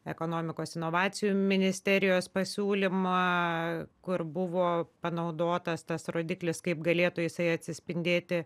ekonomikos inovacijų ministerijos pasiūlymą kur buvo panaudotas tas rodiklis kaip galėtų jisai atsispindėti